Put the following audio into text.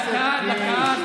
דקה, דקה.